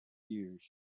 gears